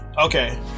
okay